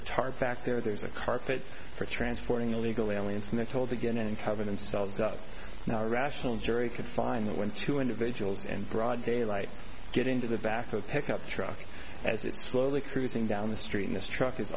a tarp fact there's a carpet for transporting illegal aliens and they're told again and cover themselves up now rational jury could find that when two individuals and broad daylight get into the back of pickup truck as it's slowly cruising down the street in this truck is